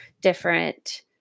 different